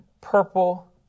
purple